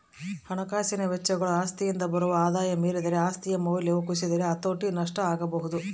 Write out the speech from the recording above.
ಹಣಕಾಸಿನ ವೆಚ್ಚಗಳು ಆಸ್ತಿಯಿಂದ ಬರುವ ಆದಾಯ ಮೀರಿದರೆ ಆಸ್ತಿಯ ಮೌಲ್ಯವು ಕುಸಿದರೆ ಹತೋಟಿ ನಷ್ಟ ಆಗಬೊದು